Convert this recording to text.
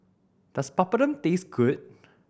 does Papadum taste good